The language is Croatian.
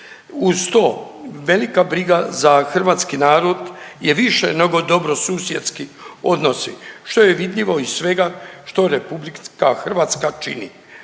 Uz to, velika briga za hrvatski narod je više nego dobrosusjedski odnosi što je vidljivo iz svega što RH čini.